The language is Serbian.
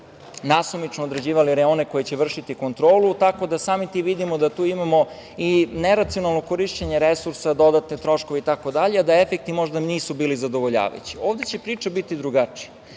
nasumično određivali reone na kojima će vršiti kontrolu, tako da samim tim vidimo da tu imamo i neracionalno korišćenje resursa, dodatne troškove itd, a da efekti možda nisu bili zadovoljavajući. Ovde će priča biti drugačija.